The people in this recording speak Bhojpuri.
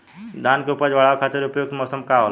धान के उपज बढ़ावे खातिर उपयुक्त मौसम का होला?